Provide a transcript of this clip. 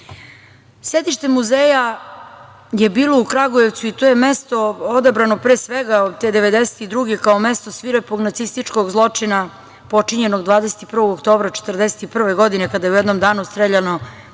muzeja je bilo u Kragujevcu, i to je mesto odabrano te 1992. godine kao mesto svirepog nacističkog zločina, počinjenog 21. oktobra 1941. godine, kada je u jednom danu streljano